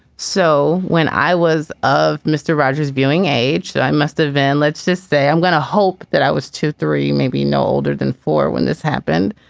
so when i was of mr. rogers being age, i must have an let's just say i'm going to hope that i was to three, maybe no older than four when this happened.